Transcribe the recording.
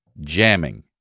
Jamming